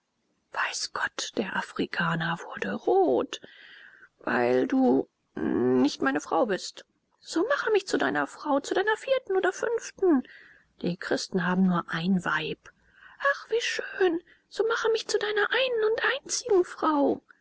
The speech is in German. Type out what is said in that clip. weiß gott der afrikaner wurde rot weil du nicht meine frau bist so mache mich zu deiner frau zu deiner vierten oder fünften die christen haben nur ein weib ach wie schön so mache mich zu deiner einen und einzigen frau